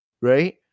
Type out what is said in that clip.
Right